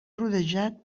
rodejat